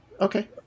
Okay